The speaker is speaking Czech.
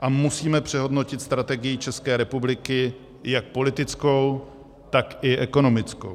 a musíme přehodnotit strategii České republiky jak politickou, tak i ekonomickou.